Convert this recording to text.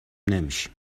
نمیشیم